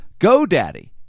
GoDaddy